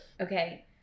Okay